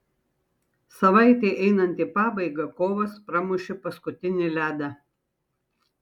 savaitei einant į pabaigą kovas pramušė paskutinį ledą